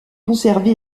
conservé